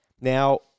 Now